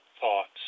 thoughts